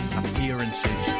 appearances